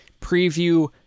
preview